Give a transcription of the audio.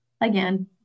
Again